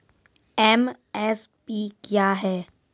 MSP क्या है?